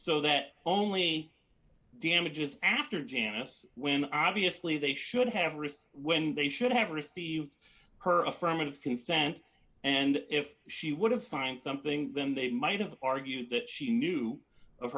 so that only damages after janice when obviously they should have received when they should have received her affirmative consent and if she would have signed something then they might have argued that she knew of